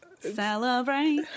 celebrate